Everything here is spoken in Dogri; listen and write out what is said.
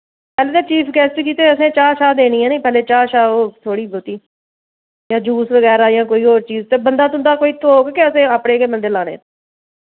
पैह्लें चीफ गैस्ट गी ते असें चाह् शाह् देनी ऐ नी पैह्लें चाह् शाह् ओह् थोह्ड़ी ब्हौती जां जूस बगैरा जां कोई होर चीज ते बंदा तुं'दा कोई थ्होग के असें अपने गै बंदे लाने